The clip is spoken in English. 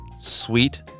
sweet